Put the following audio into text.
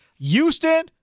Houston